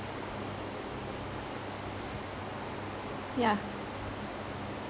yeah